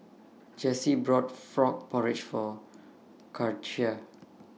Jessi bought Frog Porridge For Katia